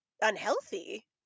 unhealthy